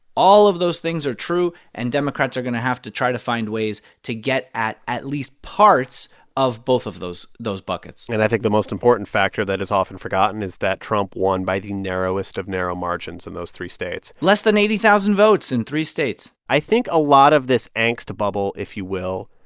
all of those things are true, and democrats are going to have to try to find ways to get at at least parts of both of those those buckets and i think the most important factor that is often forgotten is that trump won by the narrowest of narrow margins in those three states less than eighty thousand votes in three states i think a lot of this angst bubble, if you will,